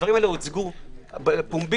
הדברים האלה הוצגו פומבית.